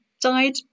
died